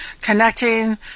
connecting